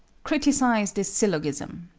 criticise this syllogism